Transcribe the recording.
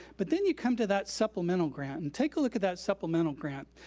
but then you come to that supplemental grant. and take a look at that supplemental grant.